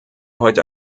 heute